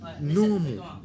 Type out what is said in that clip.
normal